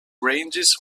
ranges